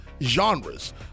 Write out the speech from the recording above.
Genres